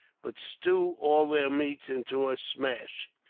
but stew all their meats into a smash.